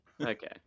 okay